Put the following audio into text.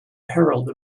herald